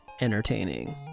entertaining